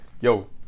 yo